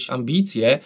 ambicje